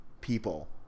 people